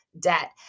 debt